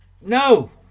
No